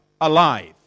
alive